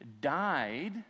died